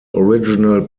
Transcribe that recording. original